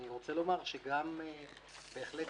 אני רוצה לומר שאנחנו בהחלט